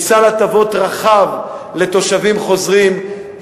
יש סל הטבות רחב לתושבים חוזרים.